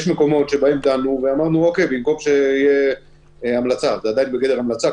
יש מקומות שבהם דנו ואמרנו שבמקום שתהיה המלצה זה עדיין בגדר המלצה,